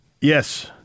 Yes